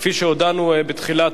וכפי שהודענו בתחילת